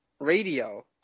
Radio